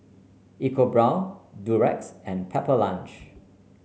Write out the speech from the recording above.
EcoBrown Durex and Pepper Lunch